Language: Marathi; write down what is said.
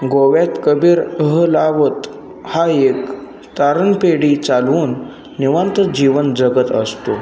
गोव्यात कबीर अहलावत हा एक तारणपेढी चालवून निवांत जीवन जगत असतो